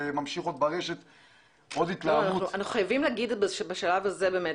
ובעוד התלהמות ברשת.